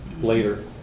later